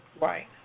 Right